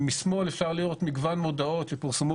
משמאל אפשר לראות מגוון מודעות שפורסמו